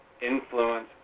influence